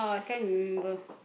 I can't remember